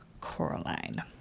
Coraline